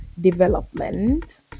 development